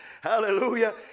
hallelujah